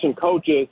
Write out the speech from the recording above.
coaches